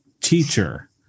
Teacher